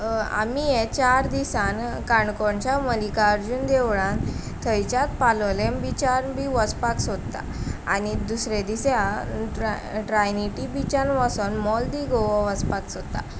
आमी हें चार दिसान काणकोणच्या मल्लिकार्जून देवळान थंयच्या पाळोलेम बिचार बीन वचपाक सोदता आनी दुसरे दिसा ट्राय ट्रायनिटी बिचार वोसोन मॉल द गोवा वचपाक सोदता